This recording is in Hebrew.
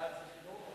בעד זה חינוך?